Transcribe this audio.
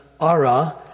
Ara